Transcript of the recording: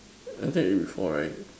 I think I eat before right